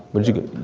but you can